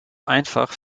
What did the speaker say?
einfach